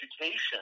education